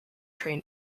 train